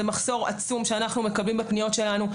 זה מחסור עצום ואנחנו מקבלים בפניות שלנו.